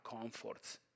comforts